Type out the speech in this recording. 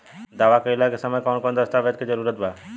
दावा कईला के समय कौन कौन दस्तावेज़ के जरूरत बा?